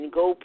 go